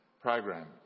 program